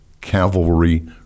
cavalry